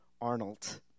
Arnold